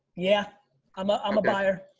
yeah i'm ah i'm a buyer.